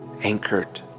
anchored